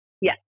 Yes